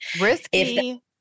Risky